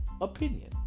opinion